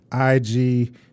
IG